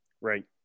Right